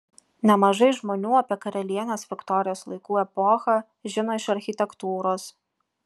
nemažai žmonių apie karalienės viktorijos laikų epochą žino iš architektūros